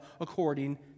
according